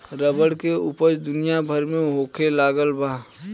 rubber के ऊपज दुनिया भर में होखे लगल बा